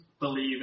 believe